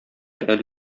әле